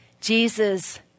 Jesus